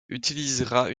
utilisera